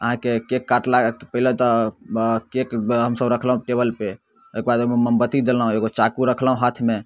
अहाँके केक काटलाके पहिले तऽ केक हमसभ रखलहुँ टेबलपर ओइके बाद ओइमे मोमबत्ती देलहुँ एगो चाकू रखलहुँ हाथमे